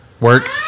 Work